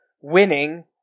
winning